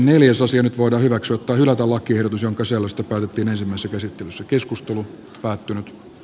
nyt voidaan hyväksyä tai hylätä lakiehdotus jonka selostetaan viimeisimmässä käsittelyssä keskustelu on